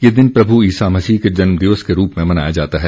ये दिन प्रभु ईसामसीह के जन्म दिवस के रूप में मनाया जाता है